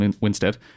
Winstead